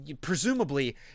presumably